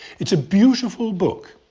it's a beautiful book.